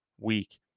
week